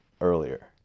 earlier